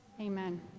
amen